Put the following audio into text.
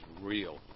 real